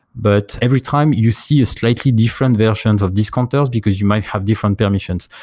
but every time you see slightly different versions of this counters because you might have different permissions.